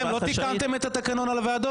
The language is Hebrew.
אתם לא תיקנתם את התקנון על הוועדות?